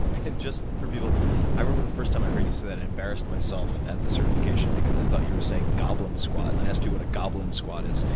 just for people i remember the first time i heard you say that. i embarrassed myself at the certification because i thought you were saying goblin squat, and i asked you what a goblin squat is.